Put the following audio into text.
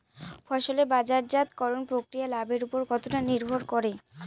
ফসলের বাজারজাত করণ প্রক্রিয়া লাভের উপর কতটা নির্ভর করে?